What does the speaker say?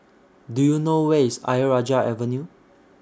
Do YOU know Where IS Ayer Rajah Avenue